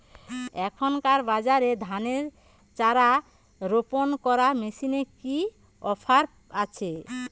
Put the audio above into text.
এখনকার বাজারে ধানের চারা রোপন করা মেশিনের কি অফার আছে?